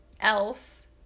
else